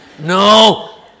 No